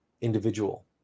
individual